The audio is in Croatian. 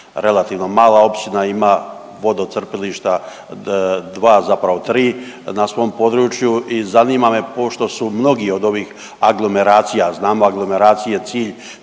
relativno mala općina ima vodocrpilišta dva, zapravo tri na svom području i zanima me pošto su mnogi od ovih aglomeracija, znamo aglomeraciji je cilj